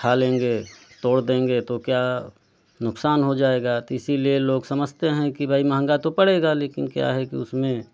खा लेंगे तोड़ देंगे तो क्या नुकसान हो जाएगा तो इसीलिए लोग समझते हैं कि भाई महँगा तो पड़ेगा लेकिन क्या है कि उसमें